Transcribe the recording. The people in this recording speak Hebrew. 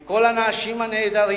עם כל האנשים הנהדרים,